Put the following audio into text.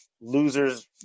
losers